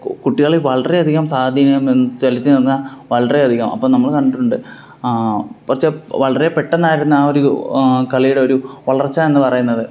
കുട്ടികളിൽ വളരെ അധികം സ്വാധീനം ചെലുത്തി നിന്ന വളരെ അധികം അപ്പം നമ്മൾ കണ്ടിട്ടുണ്ട് കുറച്ച് വളരെ പെട്ടെന്നായിരിന്നു ആ ഒരു കളിയുടെ ഒരു വളർച്ച എന്ന് പറയുന്നത്